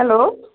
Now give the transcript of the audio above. hello